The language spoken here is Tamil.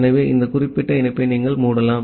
ஆகவே இந்த குறிப்பிட்ட இணைப்பை நீங்கள் மூடலாம்